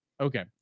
okay